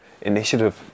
initiative